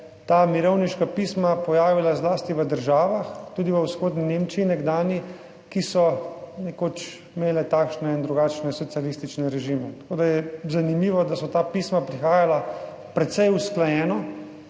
ta mirovniška pisma pojavila zlasti v državah, tudi v Vzhodni Nemčiji nekdanji, ki so nekoč imele takšne in drugačne socialistične režime, tako da je zanimivo, da so ta pisma prihajala precej usklajeno